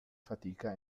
fatica